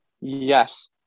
Yes